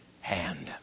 hand